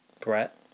Brett